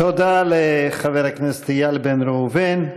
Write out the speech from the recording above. תודה לחבר הכנסת איל בן ראובן.